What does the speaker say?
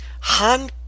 Han